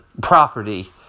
property